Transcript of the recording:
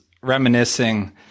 reminiscing